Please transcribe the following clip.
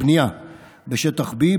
הבנייה בשטח B,